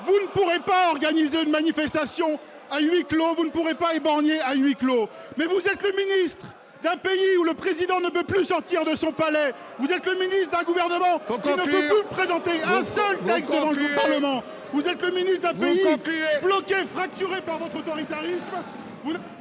Vous ne pourrez pas organiser une manifestation à huis clos. Vous ne pourrez pas épargné à huis clos. Mais vous êtes le ministre d'un pays où le président ne peut plus sortir de son palais. Vous êtes le ministre d'un gouvernement, il faut compter tout présentée comme celle d'un contrôle du Parlement. Vous êtes le ministère public ont pu bloquer fracturé par votre les tarifs.